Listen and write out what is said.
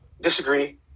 Disagree